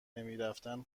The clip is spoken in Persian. نمیرفتن